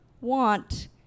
want